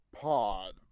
pod